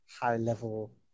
high-level